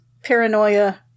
Paranoia